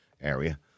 area